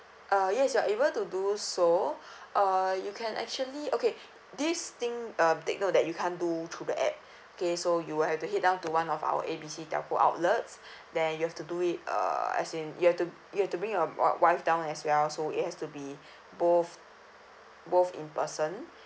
uh yes you're able to do so uh you can actually okay this thing uh take note that you can't do through the app okay so you will have to head down to one of our A B C telco outlets then you have to do it uh as in you have to you have to bring your wi~ wife down as well so it has to be both both in person